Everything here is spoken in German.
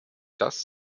das